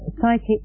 psychic